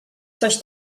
coś